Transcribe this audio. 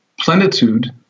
plenitude